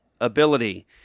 ability